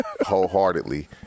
wholeheartedly